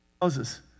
Moses